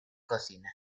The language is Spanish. cocina